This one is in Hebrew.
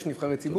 יש נבחרי ציבור,